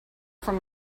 from